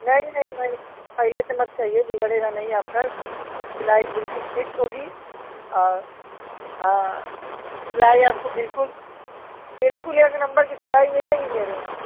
नहीं नहीं नहीं पहले से मत कहिए बिगड़ेगा नहीं आपका सब सिलाई बिल्कुल फिट होगी और हाँ सिलाई आपको बिल्कुल बिल्कुल एक नम्बर की सिलाई मिलेगी मेरे यहाँ